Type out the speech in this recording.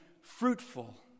fruitful